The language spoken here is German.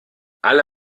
alle